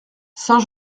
saint